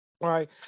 Right